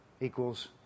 equals